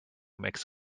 makes